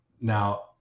now